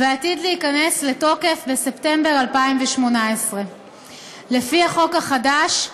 ועתיד להיכנס לתוקף בספטמבר 2018. לפי החוק החדש,